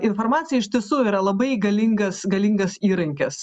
informacija iš tiesų yra labai galingas galingas įrankis